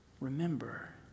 Remember